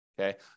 Okay